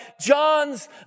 John's